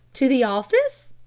to the office?